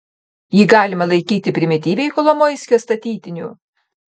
jį galima laikyti primityviai kolomoiskio statytiniu